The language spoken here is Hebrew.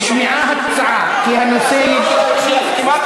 נשמעה הצעה, כי הנושא, תקשיב,